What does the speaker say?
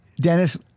Dennis